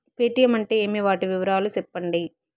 Paytm అంటే ఏమి, వాటి వివరాలు సెప్పండి?